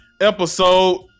episode